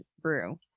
brew